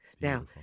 Now